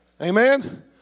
Amen